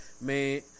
man